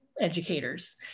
educators